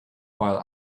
while